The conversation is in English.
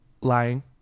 lying